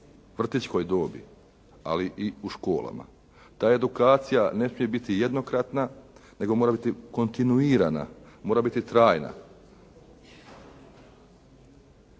vrtićkoj dobi, ali i u školama. Ta edukacija ne smije biti jednokratna nego mora biti kontinuirana, mora biti trajna.